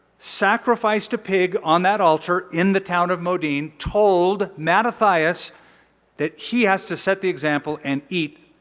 sacrificed a pig on that altar in the town of modine. told matthias that he has to set the example and eat